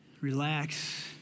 relax